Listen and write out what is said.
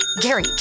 Gary